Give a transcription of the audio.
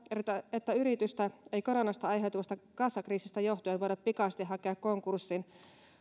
että yritystä ei koronasta aiheutuvasta kassakriisistä johtuen voida pikaisesti hakea konkurssiin